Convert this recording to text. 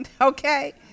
Okay